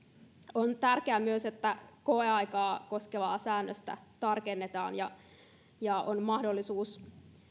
on tärkeää myös että koeaikaa koskevaa säännöstä tarkennetaan ja ja on mahdollisuus